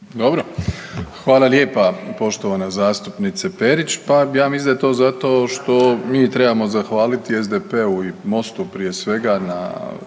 Dobro. Hvala lijepa poštovana zastupnice Perić. Pa ja mislim da je to zato što mi trebamo zahvaliti SDP-u i MOST-u prije svega na